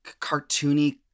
cartoony